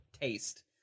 taste